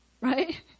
right